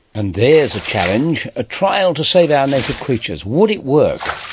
and there's a challenge, a trial to save our native creatures. would it work,